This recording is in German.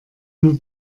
mir